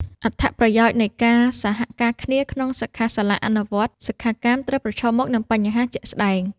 អត្ថប្រយោជន៍នៃការសហការគ្នាក្នុងសិក្ខាសាលាអនុវត្តន៍ សិក្ខាកាមត្រូវប្រឈមមុខនឹងបញ្ហាជាក់ស្ដែង។